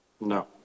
No